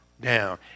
down